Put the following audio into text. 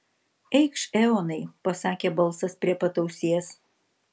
eikš eonai pasakė balsas prie pat ausies